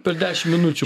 per dešimt minučių